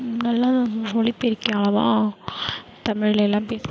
முன்னெல்லாம் ஒலிப்பெருக்கியால்தான் தமிழிலேலாம் பேசு